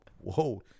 whoa